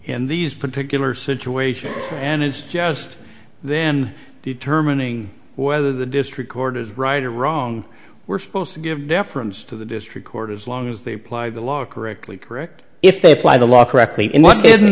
in these particular situation and it's just then determining whether the district court is right or wrong we're supposed to give deference to the district court as long as they apply the law correctly correct if they apply the law correctly and